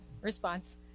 Response